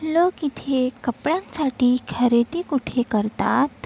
लोक इथे कपड्यांसाठी खरेदी कुठे करतात